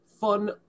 fun